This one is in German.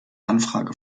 anfrage